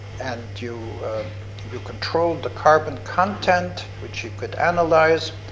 and you you could control the carbon content, which you could analyze,